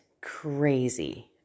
crazy